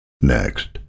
Next